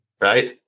Right